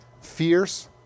fierce